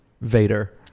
Vader